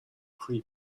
pre